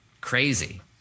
crazy